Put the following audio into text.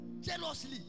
jealously